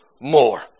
more